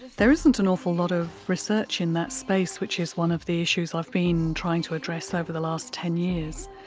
there isn't an awful lot of research in that space, which is one of the issues i've been trying to address over the last ten years,